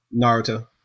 Naruto